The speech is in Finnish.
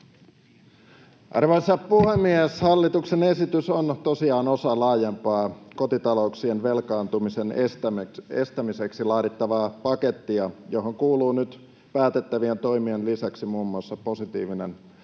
Arvoisa puhemies! Hallituksen esitys on tosiaan osa laajempaa kotitalouksien velkaantumisen estämiseksi laadittavaa pakettia, johon kuuluu nyt päätettävien toimien lisäksi muun muassa positiivinen